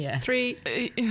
three